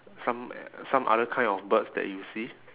some some other kind of birds that you see